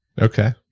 Okay